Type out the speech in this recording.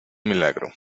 milagro